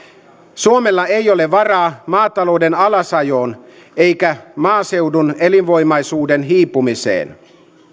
suomella ei ole varaa maatalouden alasajoon eikä maaseudun elinvoimaisuuden hiipumiseen